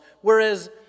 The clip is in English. whereas